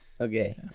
okay